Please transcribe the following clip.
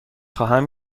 خواهم